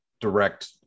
direct